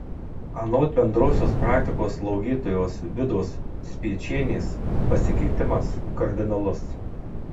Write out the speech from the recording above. anot bendrosios praktikos slaugytojos vidos spiečienės pasikeitimas kardinalus